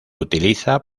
utiliza